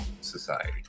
society